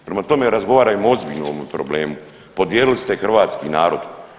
Prema tome, razgovarajmo ozbiljno o ovome problemu, podijelili ste hrvatski narod.